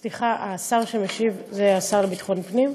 סליחה, השר שמשיב זה השר לביטחון הפנים?